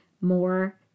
more